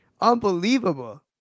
Unbelievable